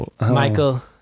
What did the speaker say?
Michael